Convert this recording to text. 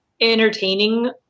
entertaining